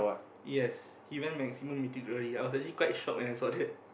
yes he went maximum Mythic-Glory I was actually quite shock when I saw that